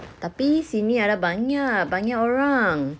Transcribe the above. tapi sini ada banyak banyak orang